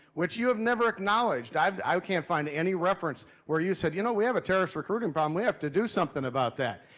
which you have never acknowledged! i but i can't find any reference where you said y'know, you know we have a terrorist recruiting problem. we have to do something about that.